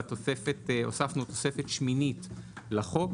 הוספנו תוספת שמינית לחוק,